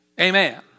Amen